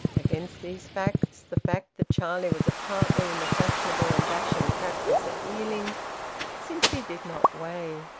against these facts the fact that charlie was a partner in a fashionable and dashing practice at ealing simply did not weigh.